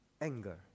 anger